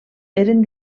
eren